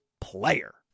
PLAYER